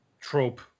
trope